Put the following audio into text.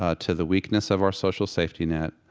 ah to the weakness of our social safety net,